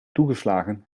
toegeslagen